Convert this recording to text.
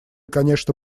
конечно